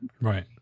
Right